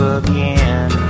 again